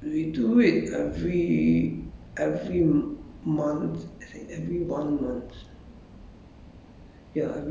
when I was a monk um we do it every every month I think every